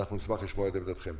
נשמח לשמוע את עמדתכם.